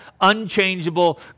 unchangeable